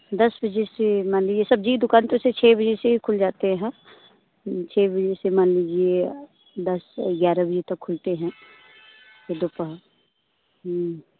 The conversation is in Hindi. दस बजे से मान लीजिए सब्ज़ी की दुकान छ बजे से खुल जाते हैं छ बजे से मान लीजिए दस ग्यारह बजे तक खुलते हैं दुकान